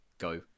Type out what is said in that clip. go